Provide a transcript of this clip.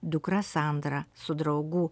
dukra sandra su draugu